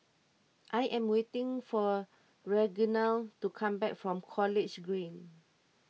I am waiting for Reginald to come back from College Green